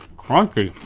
crunchy.